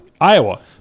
Iowa